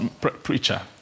preacher